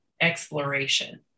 exploration